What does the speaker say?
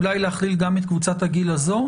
אולי להכליל גם את קבוצת הגיל הזו?